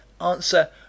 Answer